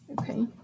okay